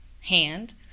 hand